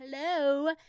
hello